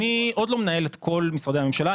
אני עוד לא מנהל את כל משרדי הממשלה,